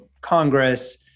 Congress